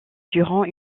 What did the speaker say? durant